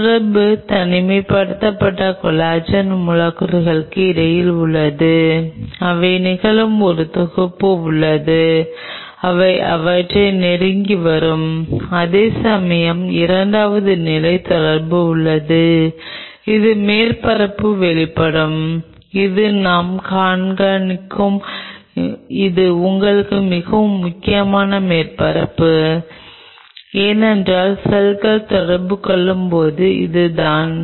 2 நிலை தொடர்பு இருக்கும் நீங்கள் செய்ய வேண்டிய ஒரு தொடர்பு தனிப்பட்ட கொலாஜன் மூலக்கூறுகளுக்கு இடையில் உள்ளது அவை நிகழும் ஒரு தொகுப்பு உள்ளது அவை அவற்றை நெருங்கி வரும் அதேசமயம் இரண்டாவது நிலை தொடர்பு உள்ளது இது மேற்பரப்பு வெளிப்படும் இது நான் காண்பிக்கும் இது உங்களுக்கு மிகவும் முக்கியமான மேற்பரப்பு ஏனென்றால் செல்கள் தொடர்பு கொள்ளப் போவது இதுதான்